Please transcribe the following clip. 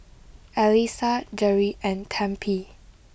Alysa Jere and Tempie